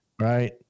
Right